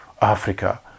Africa